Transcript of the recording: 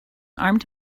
armed